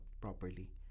properly